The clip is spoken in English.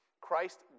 Christ